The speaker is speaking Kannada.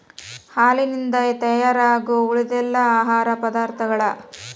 ಹಾಲಿನಿಂದ ತಯಾರಾಗು ಉಳಿದೆಲ್ಲಾ ಆಹಾರ ಪದಾರ್ಥಗಳ